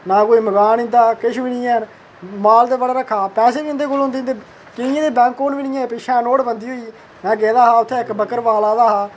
ना कोई मकान इंदा किश बी हैन माल ते बड़ा रक्खा दा पैसे बी इंदे कोल होंदे केइयें दे बैंक काऊंट बी निं हैन पिच्छै नोट बंधी होई में गेदा उत्थै इक बक्करबाल आए दा